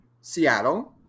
Seattle